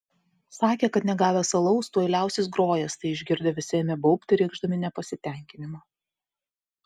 sakė kad negavęs alaus tuoj liausis grojęs tai išgirdę visi ėmė baubti reikšdami nepasitenkinimą